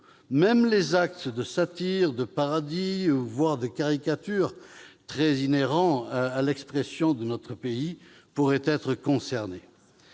Même les actes de satire ou de parodie, voire de caricature, inhérents à l'expression de notre pays, pourraient être concernés.